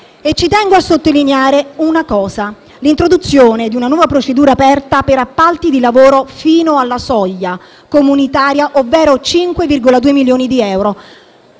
Ci tengo a sottolineare l'introduzione di una nuova procedura aperta per appalti di lavori fino alla soglia comunitaria, ovvero 5,2 milioni di euro,